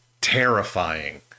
terrifying